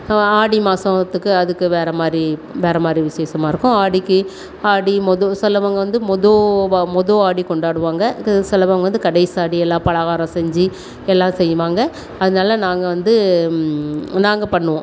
ஆடி மாதத்துக்கு அதுக்கு வேறு மாதிரி வேறு மாதிரி விசேஷமா இருக்கும் ஆடிக்கு ஆடி மொதல் சிலவங்க வந்து மொதோல் வா மொதோல் ஆடி கொண்டாடுவாங்க அது சிலவங்க வந்து கடைசி ஆடி எல்லாம் பலகாரம் செஞ்சு எல்லாம் செய்வாங்க அதனால நாங்கள் வந்து நாங்கள் பண்ணுவோம்